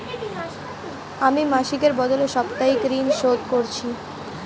আমি মাসিকের বদলে সাপ্তাহিক ঋন শোধ করছি